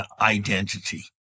identity